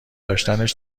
داشتنش